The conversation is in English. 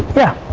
yeah.